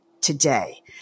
today